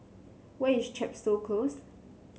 where is Chepstow Close